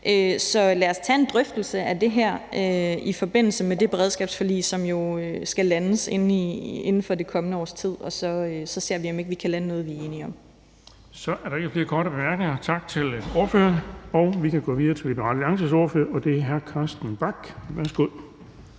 Så lad os tage en drøftelse af det her i forbindelse med det beredskabsforlig, som jo skal landes inden for det kommende års tid, og så ser vi, om ikke vi kan lande noget, vi er enige om. Kl. 10:40 Den fg. formand (Erling Bonnesen): Så er der ikke flere korte bemærkninger. Tak til ordføreren. Vi kan gå videre til Liberal Alliances ordfører, og det er hr. Carsten Bach. Værsgo.